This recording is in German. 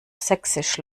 sächsisch